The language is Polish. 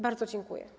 Bardzo dziękuję.